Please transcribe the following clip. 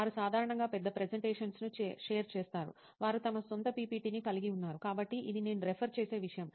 వారు సాధారణంగా పెద్ద ప్రెసెంటేషన్స్ ను షేర్ చేస్తారు వారు తమ సొంత పిపిటి ని కలిగి ఉన్నారు కాబట్టి ఇది నేను రెఫర్ చేసే విషయం